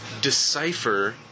Decipher